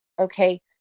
okay